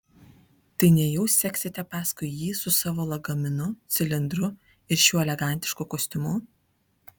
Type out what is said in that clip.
tai nejau seksite paskui jį su savo lagaminu cilindru ir šiuo elegantišku kostiumu